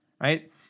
right